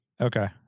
Okay